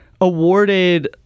awarded